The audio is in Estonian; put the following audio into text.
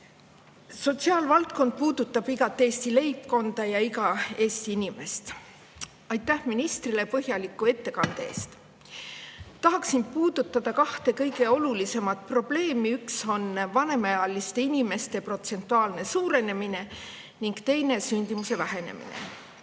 Sotsiaalvaldkond puudutab iga Eesti leibkonda ja iga Eesti inimest. Aitäh ministrile põhjaliku ettekande eest! Tahan puudutada kahte kõige olulisemat probleemi. Üks on vanemaealiste inimeste protsentuaalne suurenemine ning teine on sündimuse vähenemine.